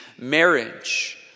marriage